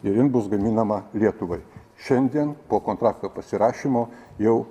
ir jin bus gaminama lietuvai šiandien po kontrakto pasirašymo jau